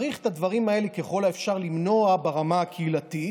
צריך למנוע את הדברים האלה ככל האפשר ברמה הקהילתית,